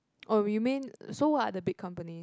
oh you mean so what are the big companies